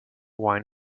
wine